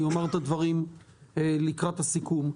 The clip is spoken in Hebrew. אני אומר את הדברים לקראת הסיכום.